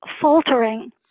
faltering